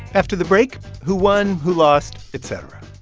after the break, who won, who lost, et so